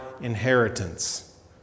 inheritance